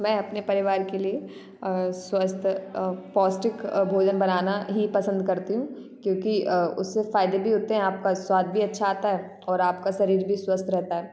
मैं अपने परिवार के लिए स्वस्थ पौष्टिक भोजन बनाना ही पसंद करती हूँ क्योंकि उससे फायदे भी होते हैं आपका स्वाद भी अच्छा आता है और आपका शरीर भी स्वस्थ रहता है